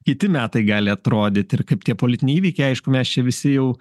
kiti metai gali atrodyt ir kaip tie politiniai įvykiai aišku mes čia visi jau